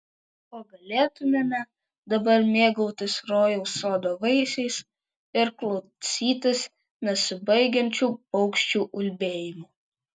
o galėtumėme dabar mėgautis rojaus sodo vaisiais ir klausytis nesibaigiančių paukščių ulbėjimų